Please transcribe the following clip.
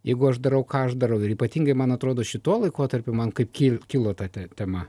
jeigu aš darau ką aš darau ir ypatingai man atrodo šituo laikotarpiu man kaip ki kilo ta tema